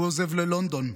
הוא עוזב ללונדון.